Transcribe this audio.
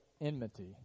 enmity